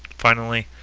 finally,